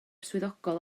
swyddogol